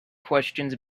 questions